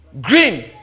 green